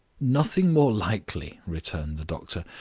nothing more likely, returned the doctor,